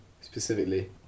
specifically